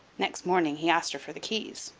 next morning he asked her for the keys,